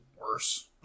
worse